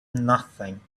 nothing